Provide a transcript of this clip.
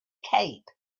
cape